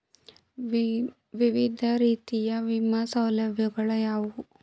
ವಿವಿಧ ರೀತಿಯ ವಿಮಾ ಸೌಲಭ್ಯಗಳು ಯಾವುವು?